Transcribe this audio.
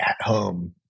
at-home